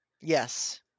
Yes